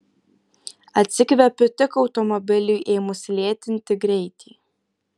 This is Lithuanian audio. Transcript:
atsikvepiu tik automobiliui ėmus lėtinti greitį